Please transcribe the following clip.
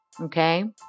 Okay